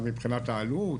גם מבחינת העלות,